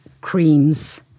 creams